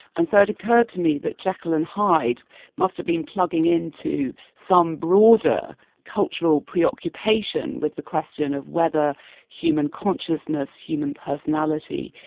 and so it occurred to me that jekyll and hyde must have been plugging in to some broader cultural preoccupation with the question of whether human consciousness, human personality,